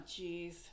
jeez